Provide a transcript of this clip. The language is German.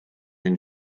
den